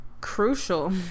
crucial